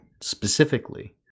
specifically